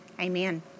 Amen